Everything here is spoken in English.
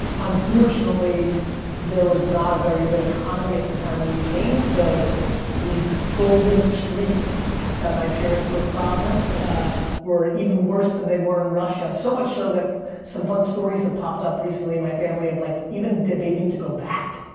unfortunately there was not a very good economy at the time when we came, so these golden streets that my parents were promised were even worse than they were in russia. so much so that some fun stories have popped up recently in my family of like, even debating to go back.